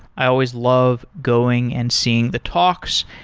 i always love going and seeing the talks,